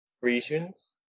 regions